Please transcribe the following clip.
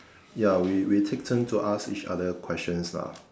ya we we take turns to ask each other questions lah